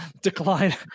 decline